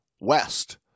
west